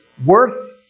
Worth